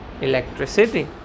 electricity